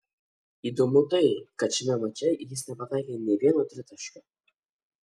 įdomu tai kad šiame mače jis nepataikė nei vieno tritaškio